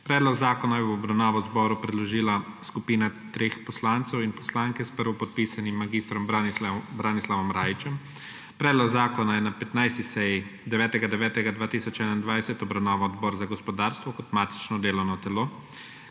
Predlog zakona je v obravnavo zboru predložila skupina treh poslancev in poslanke s prvopodpisanim mag. Branislavom Rajićem. Predlog zakona je na 15. seji 9. 9. 2021 obravnaval Odbor za gospodarstvo kot matično delovno telo.